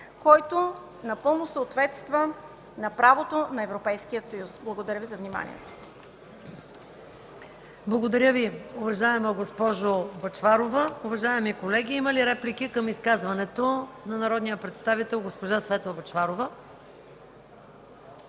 който напълно съответства на правото на Европейския съюз. Благодаря Ви за вниманието. ПРЕДСЕДАТЕЛ МАЯ МАНОЛОВА: Благодаря Ви, уважаема госпожо Бъчварова. Уважаеми колеги, има ли реплики към изказването на народния представител госпожа Светла Бъчварова?